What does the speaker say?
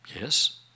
yes